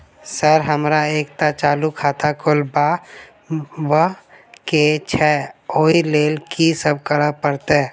Sir हमरा एकटा चालू खाता खोलबाबह केँ छै ओई लेल की सब करऽ परतै?